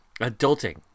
Adulting